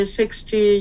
sixty